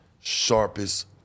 sharpest